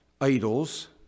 idols